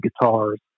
guitars